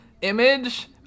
image